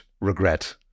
regret